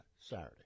Saturday